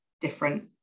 different